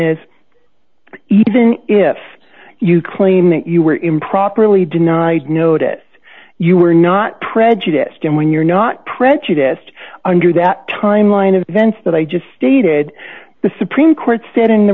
is even if you claim that you were improperly denied notice you were not prejudiced and when you're not prejudiced under that timeline of events that i just stated the supreme court said in the